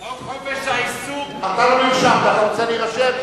חוק חופש העיסוק, אתה לא נרשמת, אתה רוצה להירשם?